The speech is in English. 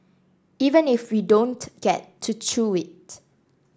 even if we don't get to chew it